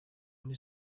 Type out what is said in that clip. kuri